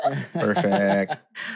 Perfect